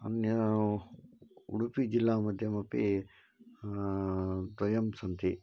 अन्यः उडुपि जिल्लामद्यमपि द्वयं सन्ति